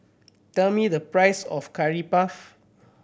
tell me the price of Curry Puff